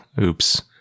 oops